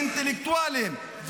אינטלקטואלית,